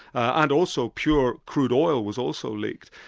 and also pure crude oil was also leaked.